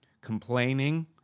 Complaining